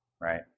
right